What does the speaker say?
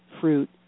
fruit